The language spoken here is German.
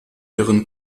ihren